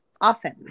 often